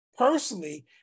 Personally